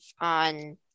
on